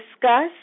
Discuss